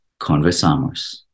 Conversamos